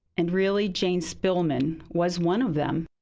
and really, jane spilman was one of them.